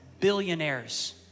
Billionaires